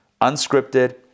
Unscripted